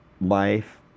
life